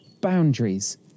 boundaries